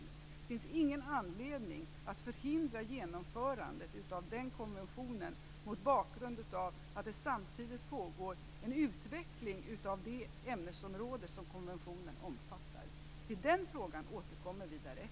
Det finns ingen anledning att förhindra genomförandet av denna konvention mot bakgrund av att det samtidigt pågår en utveckling av de ämnesområden som konventionen omfattar. Till den frågan återkommer vi därefter.